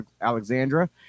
Alexandra